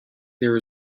there